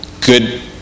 good